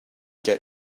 get